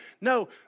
no